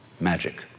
magic